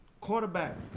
quarterback